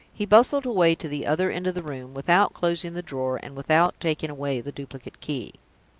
he bustled away to the other end of the room without closing the drawer, and without taking away the duplicate key.